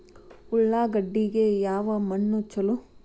ಉಳ್ಳಾಗಡ್ಡಿಗೆ ಯಾವ ಮಣ್ಣು ಛಲೋ?